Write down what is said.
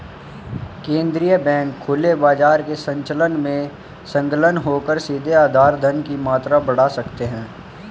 केंद्रीय बैंक खुले बाजार के संचालन में संलग्न होकर सीधे आधार धन की मात्रा बढ़ा सकते हैं